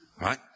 right